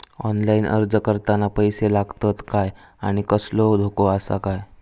Online अर्ज करताना पैशे लागतत काय आनी कसलो धोको आसा काय?